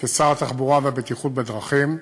כשר התחבורה והבטיחות בדרכים,